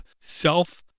self